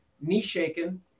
knee-shaking